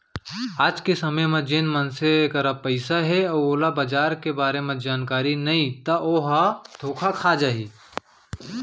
आज के समे म जेन मनसे करा पइसा हे अउ ओला बजार के बारे म जानकारी नइ ता ओहा धोखा खा जाही